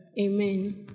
Amen